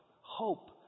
hope